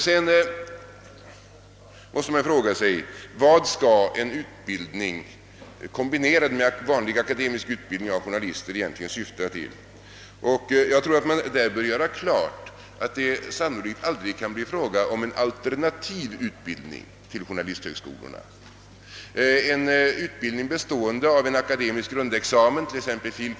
Man måste fråga sig: Vad skall en yrkesutbildning, kombinerad med vanlig akademisk utbildning, av journalister egentligen syfta till? En utbildning bestående av en akademisk grundexamen, t.ex. fil.